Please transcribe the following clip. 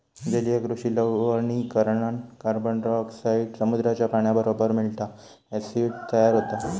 जलीय कृषि लवणीकरण कार्बनडायॉक्साईड समुद्राच्या पाण्याबरोबर मिळता, ॲसिड तयार होता